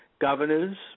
governors